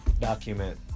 Document